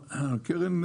קיבלו.